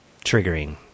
triggering